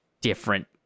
different